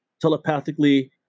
telepathically